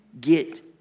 get